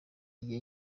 igihe